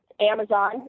Amazon